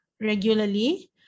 regularly